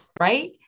right